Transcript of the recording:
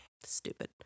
Stupid